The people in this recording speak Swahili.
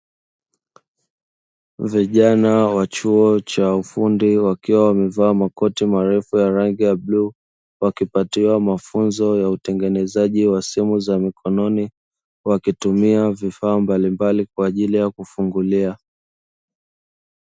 Vijana wa chuo cha ufundi wakiwa wamevaa makoti marefu ya rangi ya bluu, wakipatiwa mafunzo ya utengenezaji wa simu za mkononi wakitumia vifaa mbalimbali kwa ajili ya kufungulia.